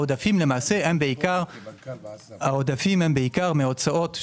העודפים הם בעיקר מהוצאות מתמשכות.